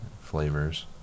flavors